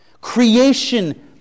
Creation